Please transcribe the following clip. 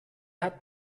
hat